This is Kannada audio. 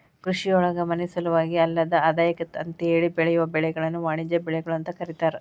ಕೃಷಿಯೊಳಗ ಮನಿಸಲುವಾಗಿ ಅಲ್ಲದ ಆದಾಯಕ್ಕ ಅಂತೇಳಿ ಬೆಳಿಯೋ ಬೆಳಿಗಳನ್ನ ವಾಣಿಜ್ಯ ಬೆಳಿಗಳು ಅಂತ ಕರೇತಾರ